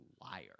liar